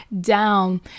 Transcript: down